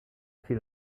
fiel